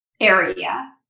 area